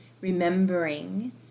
remembering